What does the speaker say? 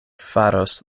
faros